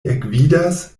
ekvidas